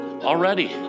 already